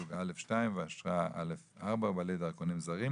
מסוג א/2 ואשרה א/4 ובעלי דרכונים זרים,